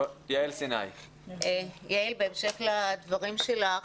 יעל, בהמשך לדברים שלך,